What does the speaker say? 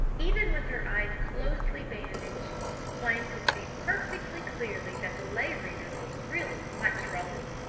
even with her eyes closely bandaged flame could see perfectly clearly that the lay reader was really quite troubled.